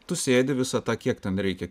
tu sėdi visą tą kiek ten reikia